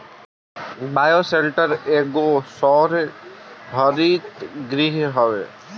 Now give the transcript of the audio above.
bioshelter एगो सौर हरितगृह हवे